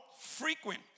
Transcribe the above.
frequent